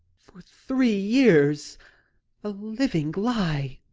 for three years a living lie!